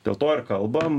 dėl to ir kalbam